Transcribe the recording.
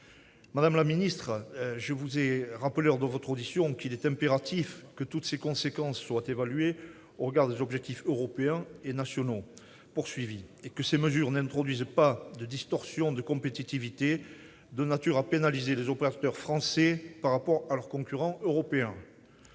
votre audition, je vous ai rappelé qu'il était impératif que toutes ces conséquences soient évaluées au regard des objectifs européens et nationaux fixés et que ces mesures n'introduisent pas de distorsions de compétitivité de nature à pénaliser les opérateurs français par rapport à leurs concurrents européens.